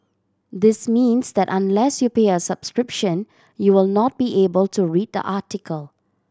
this means that unless you pay a subscription you will not be able to read the article